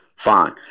Fine